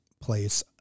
place